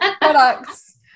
products